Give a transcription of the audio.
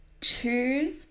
choose